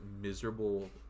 miserable